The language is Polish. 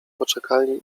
poczekalni